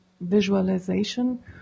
visualization